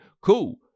Cool